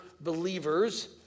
believers